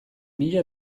mila